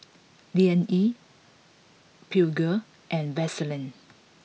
Liang Yi Peugeot and Vaseline